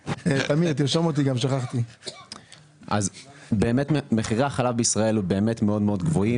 אז באמת מחירי החלב בישראל באמת גבוהים.